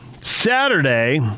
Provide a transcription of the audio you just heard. Saturday